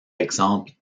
exemple